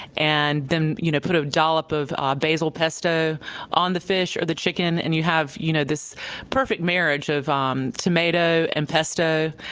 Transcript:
and you know put a dollop of ah basil pesto on the fish or the chicken and you have you know this perfect marriage of um tomato and pesto.